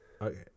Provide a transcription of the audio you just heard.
Okay